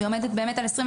ועומדת על 23%,